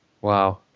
Wow